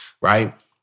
right